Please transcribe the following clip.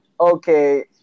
okay